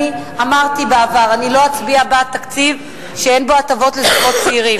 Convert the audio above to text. אני אמרתי בעבר: אני לא אצביע בעד תקציב שאין בו הטבות לזוגות צעירים,